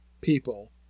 people